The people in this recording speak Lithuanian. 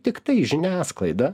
tiktai žiniasklaida